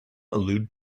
allude